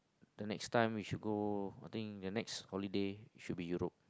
the next time we should go I think the next holiday should be Europe